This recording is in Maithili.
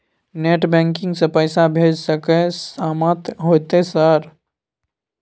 नेट बैंकिंग से पैसा भेज सके सामत होते सर?